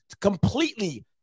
completely